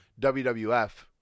WWF